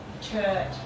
Church